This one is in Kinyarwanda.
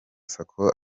sacco